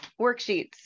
worksheets